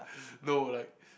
no like